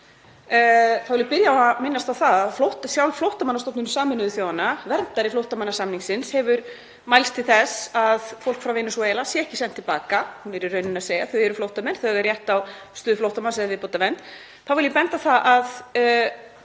Þá vil ég byrja á að minnast á það að sjálf Flóttamannastofnun Sameinuðu þjóðanna, verndari flóttamannasamningsins, hefur mælst til þess að fólk frá Venesúela sé ekki sent til baka. Hún er í rauninni að segja: Þau eru flóttamenn, þau eiga rétt á stöðu flóttamanns eða viðbótarvernd. Þá vil ég benda á það að